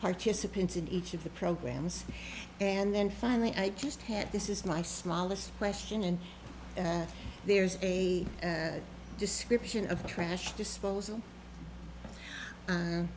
participants in each of the programs and then finally i just had this is my smallest question and there's a description of a trash disposal